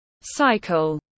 cycle